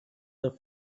their